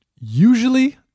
usually